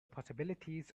possibilities